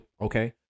okay